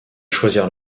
choisir